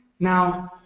now,